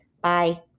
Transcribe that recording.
Bye